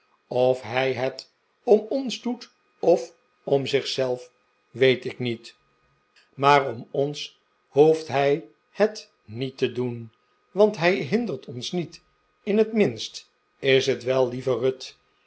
of hij het om ons doet of om zich zelf weet ik niet maar om ons hoeft hij het niet te doen want hij hindert ons niet in het minst is het wel heve